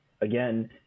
again